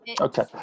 Okay